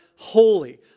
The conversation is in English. Holy